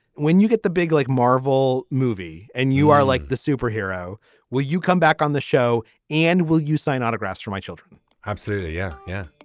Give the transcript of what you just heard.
when you get the big like marvel movie and you are like the superhero will you come back on the show and will you sign autographs for my children absolutely. yeah yeah.